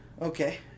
okay